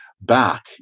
back